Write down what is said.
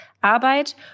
Arbeit